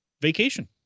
vacation